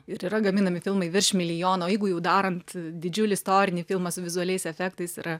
ir yra gaminami filmai virš milijono jeigu jau darant didžiulį istorinį filmą su vizualiais efektais yra